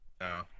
No